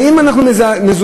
האם אנחנו מזועזעים?